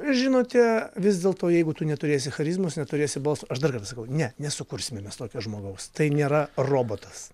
žinote vis dėlto jeigu tu neturėsi charizmos neturėsi balso aš dar kartą sakau ne nesukursime mes tokio žmogaus tai nėra robotas